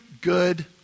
good